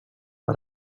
per